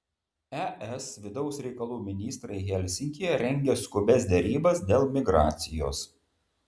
es vidaus reikalų ministrai helsinkyje rengia skubias derybas dėl migracijos